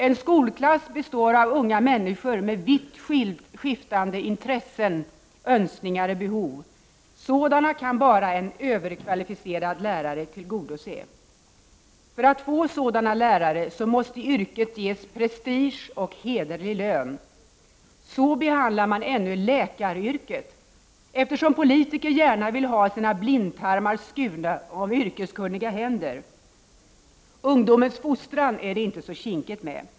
En skolklass består av unga människor med vitt skiftande intressen, önskningar och behov. Sådana kan bara en ”överkvalificerad” lärare tillgodose. För att få sådana lärare måste yrket ges prestige och hederlig lön. Så behandlar man ännu läkaryrket, eftersom politiker gärna vill ha sina blindtarmar skurna av yrkeskunniga händer. Ungdomens fostran är det inte så kinkigt med.